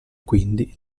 quindi